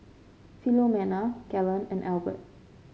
Philomena Galen and Albert